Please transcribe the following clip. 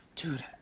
dude,